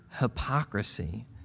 hypocrisy